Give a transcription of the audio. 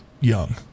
young